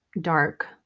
dark